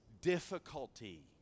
difficulty